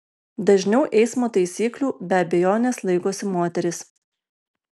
dažniau eismo taisyklių be abejonės laikosi moterys